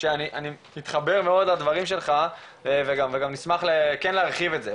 שאני מתחבר מאוד לדברים שלך וגם נשמח כן להרחיב את זה,